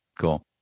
cool